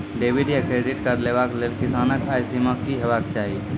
Debit या credit card लेवाक लेल किसानक आय सीमा की हेवाक चाही?